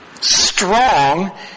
strong